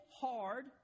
hard